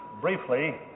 briefly